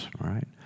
right